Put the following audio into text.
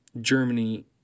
Germany